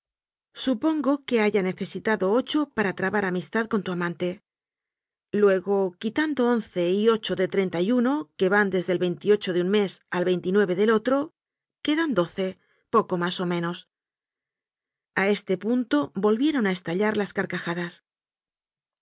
supongo que haya necesitado ocho para trabar amistad con tu amante luego quitando once y ocho de treinta y uno que van desde el de un mes al del otro quedan doce poco más o menos a este punto volvieron a estallar las carcajadas